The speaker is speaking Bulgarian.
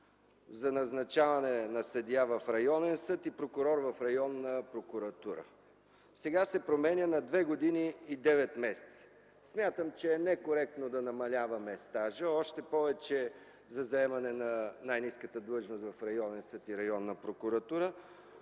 за назначаване на съдия в районен съд и прокурор в районна прокуратура. Сега се променя на 2 г. 9 м. Смятам, че не е коректно да намаляваме стажа, още повече за заемане на най-ниската длъжност в районен съд и районна прокуратура;